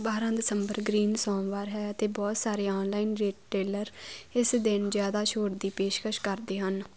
ਬਾਰਾਂ ਦਸੰਬਰ ਗ੍ਰੀਨ ਸੋਮਵਾਰ ਹੈ ਅਤੇ ਬਹੁਤ ਸਾਰੇ ਆਨਲਾਈਨ ਰਿਟੇਲਰ ਇਸ ਦਿਨ ਜ਼ਿਆਦਾ ਛੋਟ ਦੀ ਪੇਸ਼ਕਸ਼ ਕਰਦੇ ਹਨ